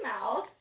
Mouse